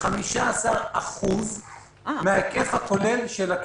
ל-15% מההיקף הכולל של הקרן.